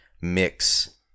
mix